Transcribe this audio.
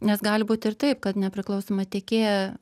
nes gali būt ir taip kad nepriklausomą tiekėją